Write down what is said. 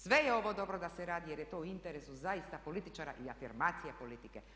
Sve je ovo dobro da se radi jer je to u interesu zaista političara i afirmacije politike.